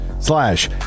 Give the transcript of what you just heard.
Slash